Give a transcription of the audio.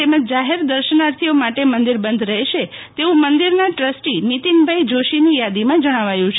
તેમજ જાહેર દર્શનાર્થીઓ માટે મંદિર બંધ રેશે તેવું મંદિર ટ્રસ્ટી નીતિનભાઈ જોશીની યાદીમાં જણાવાયું છે